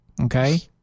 okay